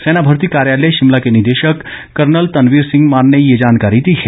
सेना भर्ती कार्यालय शिमला के निदेशक कर्नल तनवीर सिंह मान ने ये जानकारों दी है